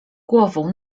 głową